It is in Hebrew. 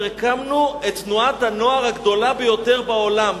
הקמנו את תנועת הנוער הגדולה ביותר בעולם,